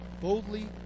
boldly